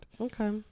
Okay